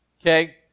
Okay